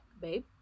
babe